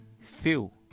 feel